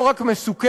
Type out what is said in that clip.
לא רק מסוכנת,